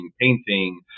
painting